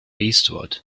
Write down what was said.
eastward